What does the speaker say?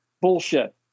Bullshit